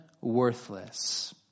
worthless